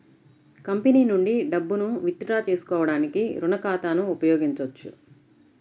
company నుండి డబ్బును withdraw చేసుకోవడానికి రుణ ఖాతాను ఉపయోగించొచ్చు